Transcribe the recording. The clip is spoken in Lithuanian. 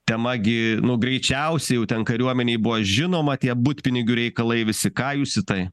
tema gi nu greičiausiai jau ten kariuomenei buvo žinoma tie butpinigių reikalai visi ką jūs į tai